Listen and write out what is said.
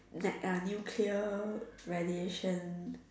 net uh nuclear radiation